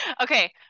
Okay